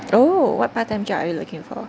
oh what part time job are you looking for